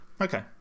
Okay